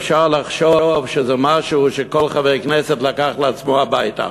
אפשר לחשוב שזה משהו שכל חבר כנסת לקח לעצמו הביתה.